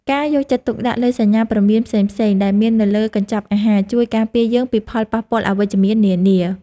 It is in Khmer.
ការយកចិត្តទុកដាក់លើសញ្ញាព្រមានផ្សេងៗដែលមាននៅលើកញ្ចប់អាហារ ជួយការពារយើងពីផលប៉ះពាល់អវិជ្ជមាននានា។